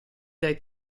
dai